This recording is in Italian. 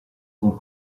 con